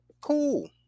cool